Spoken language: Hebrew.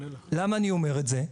למה אני אומר את זה?